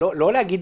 בחקיקה לא צריך